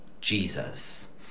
Jesus